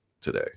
today